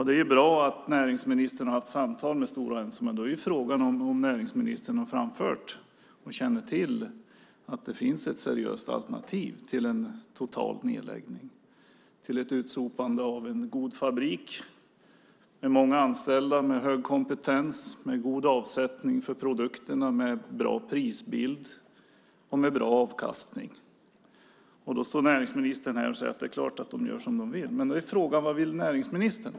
Det är bra att näringsministern har haft samtal med Stora Enso, men då är frågan om näringsministern har framfört och känner till att det finns ett seriöst alternativ till en total nedläggning, till ett utsopande av en god fabrik med många anställda med hög kompetens, med god avsättning för produkterna, med bra prisbild och med bra avkastning. Då står näringsministern här och säger att det är klart att de gör som de vill. Frågan är då: Vad vill näringsministern?